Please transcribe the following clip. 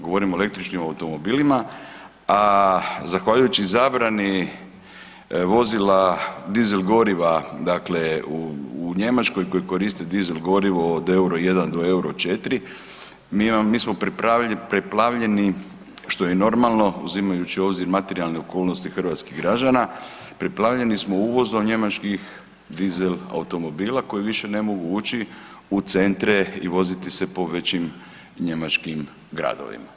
Govorimo o električnim automobilima, a zahvaljujući zabrani vozila dizel goriva dakle u Njemačkoj koje koriste dizel gorivo od euro 1 do euro 4, mi imamo, mi smo preplavljeni što je i normalno uzimajući u obzir materijalne okolnosti hrvatskih građana, preplavljeni smo uvozom njemačkih dizel automobila koji više ne mogu ući u centre i voziti se po većim njemačkim gradovima.